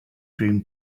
dream